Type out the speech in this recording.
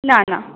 না না